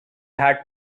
had